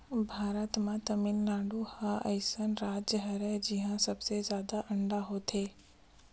भारत म तमिलनाडु ह अइसन राज हरय जिंहा सबले जादा अंडा होथे